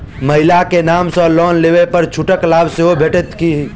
महिला केँ नाम सँ लोन लेबऽ पर छुटक लाभ सेहो भेटत की?